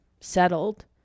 settled